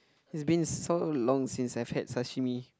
it's been so long since I've had sashimi